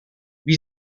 wie